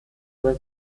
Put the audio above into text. was